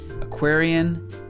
Aquarian